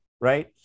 Right